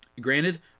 Granted